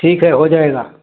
ठीक है हो जाएगा